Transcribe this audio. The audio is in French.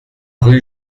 rue